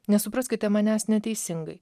nesupraskite manęs neteisingai